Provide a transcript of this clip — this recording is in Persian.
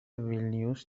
ویلنیوس